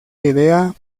idea